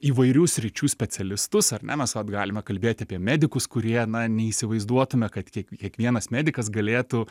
įvairių sričių specialistus ar ne mes vat galime kalbėti apie medikus kurie na neįsivaizduotume kad kie kiekvienas medikas galėtų